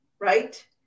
right